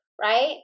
right